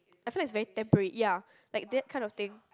I feel like it's very temporary ya like that kind of thing